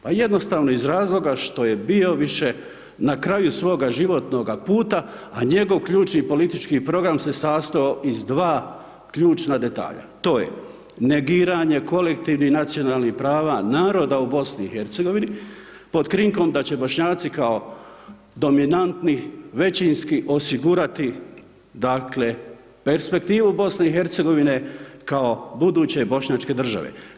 Pa jednostavno iz razloga što je bio više na kraju svoga životnoga puta a njegov ključni politički program se sastajao iz dva ključna detalja, to je negiranje kolektivnih i nacionalnih prava naroda u BiH-u, pod krinkom da će Bošnjaci kao dominantni većinski osigurati dakle perspektivu BiH-a kao buduće bošnjačke države.